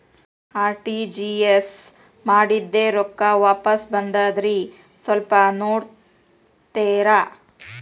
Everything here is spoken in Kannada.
ಆರ್.ಟಿ.ಜಿ.ಎಸ್ ಮಾಡಿದ್ದೆ ರೊಕ್ಕ ವಾಪಸ್ ಬಂದದ್ರಿ ಸ್ವಲ್ಪ ನೋಡ್ತೇರ?